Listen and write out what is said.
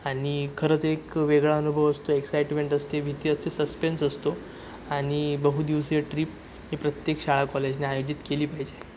आणि खरंच एक वेगळा अनुभव असतो एक्साईटमेंट असते भीती असते सस्पेन्स असतो आणि बहुदिवसीय ट्रिप हे प्रत्येक शाळा कॉलेजने आयोजित केली पाहिजे